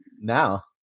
Now